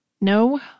No